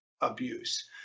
abuse